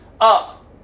up